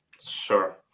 sure